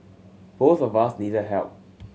both of us needed help